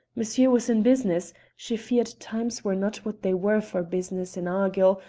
monsieur was in business she feared times were not what they were for business in argyll,